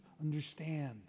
understand